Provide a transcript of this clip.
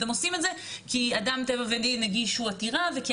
אתם עושים את זה כי אדם טבע ודין הגישו עתירה וכי